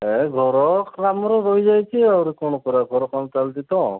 ଏ ଘର କାମରେ ରହିଯାଇଛି ଆହୁରି କଣ ଘର କାମ ଚାଲିଛି ତ